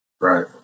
Right